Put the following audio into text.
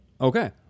Okay